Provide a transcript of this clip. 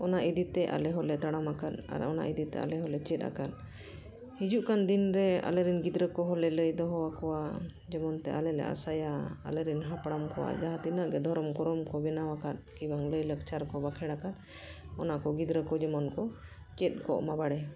ᱚᱱᱟ ᱤᱫᱤᱛᱮ ᱟᱞᱮ ᱦᱚᱸᱞᱮ ᱛᱟᱲᱟᱢ ᱟᱠᱟᱫ ᱟᱨ ᱚᱱᱟ ᱤᱫᱤᱛᱮ ᱟᱞᱮ ᱦᱚᱸᱞᱮ ᱪᱮᱫ ᱟᱠᱟᱫ ᱦᱤᱡᱩᱜ ᱠᱟᱱ ᱫᱤᱱᱨᱮ ᱟᱞᱮᱨᱮᱱ ᱜᱤᱫᱽᱨᱟᱹ ᱠᱚᱦᱚᱸ ᱞᱮ ᱞᱟᱹᱭ ᱫᱚᱦᱚᱣᱟᱠᱚᱣᱟ ᱡᱮᱢᱚᱱ ᱛᱮ ᱟᱞᱮ ᱞᱮ ᱟᱥᱟᱭᱟ ᱟᱞᱮᱨᱮᱱ ᱦᱟᱯᱲᱟᱢ ᱠᱚᱣᱟᱜ ᱡᱟᱦᱟᱸ ᱛᱤᱱᱟᱹᱜ ᱜᱮ ᱫᱷᱚᱨᱚᱢ ᱠᱚᱨᱚᱢ ᱠᱚ ᱵᱮᱱᱟᱣᱟᱠᱟᱫ ᱵᱟᱝ ᱞᱟᱹᱭ ᱞᱟᱠᱪᱟᱨ ᱠᱚ ᱵᱟᱠᱷᱮᱬ ᱟᱠᱟᱫ ᱚᱱᱟᱠᱚ ᱜᱤᱫᱽᱨᱟᱹ ᱠᱚ ᱡᱮᱢᱚᱱ ᱠᱚ ᱪᱮᱫ ᱠᱚᱜ ᱢᱟ ᱵᱟᱲᱮ